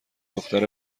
دختر